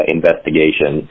Investigation